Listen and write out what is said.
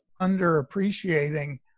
underappreciating